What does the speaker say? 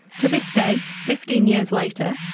to this day, fifteen years later,